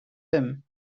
him